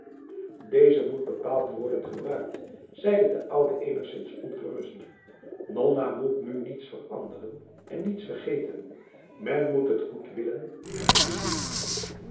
deze moet bepaald worden gebruikt zeide de oude enigszins ongerust nonna moet nu niets veranderen en niets vergeten men moet het goed willen en goed doen